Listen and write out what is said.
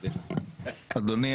אדוני,